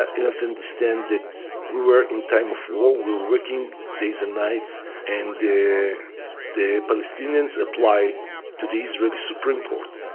ah you have to understand that we were in time of were were working days and nights and the the palestinians apply to the israeli supreme court.